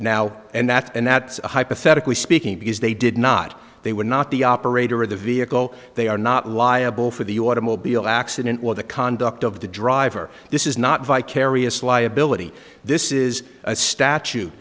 now and that and that hypothetically speaking because they did not they were not the operator of the vehicle they are not liable for the automobile accident or the conduct of the driver this is not vicarious liability this is a statu